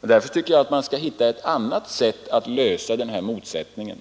Därför tycker jag att man skall hitta ett annat sätt att lösa den här motsättningen.